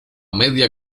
media